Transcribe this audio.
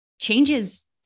changes